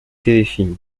téléfilms